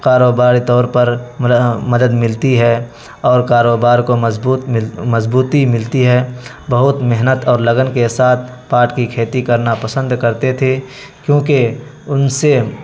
کاروباری طور پر ملا مدد ملتی ہے اور کاروبار کو مضبوط مل مضبوطی ملتی ہے بہت محنت اور لگن کے ساتھ پاٹ کی کھیتی کرنا پسند کرتے تھے کیونکہ ان سے